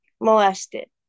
molested